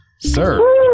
Sir